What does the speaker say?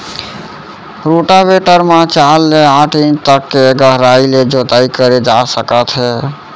rotavator म चार ले आठ इंच तक के गहराई ले जोताई करे जा सकत हे